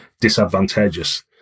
disadvantageous